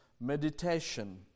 Meditation